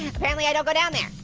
apparently i don't but down there.